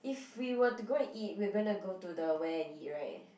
if we were to go and eat we're gonna go to the where and eat [right]